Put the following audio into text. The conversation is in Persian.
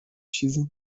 چیزی